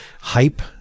hype